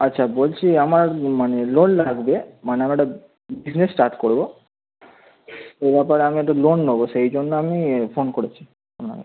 আচ্ছা বলছি আমার মানে লোন লাগবে মানে আমার একটা বিসনেস সার্ট করবো তো এ ব্যাপারে আমি একটু লোন নেবো সেই জন্য আমি এ ফোন করেছি আপনাকে